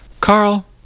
Carl